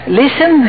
listen